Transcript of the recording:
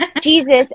Jesus